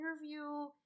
interview